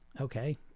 Okay